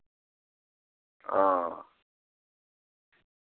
ہاں